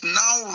now